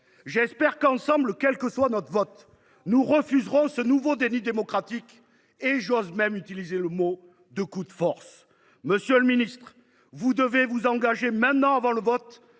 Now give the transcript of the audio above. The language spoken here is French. j’espère que, ensemble, quel que soit notre vote, nous refuserons ce nouveau déni démocratique. J’ose même parler de « coup de force »! Monsieur le ministre, vous devez vous engager, dès maintenant, avant le vote,…